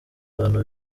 abantu